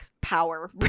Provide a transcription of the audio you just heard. power